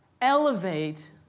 elevate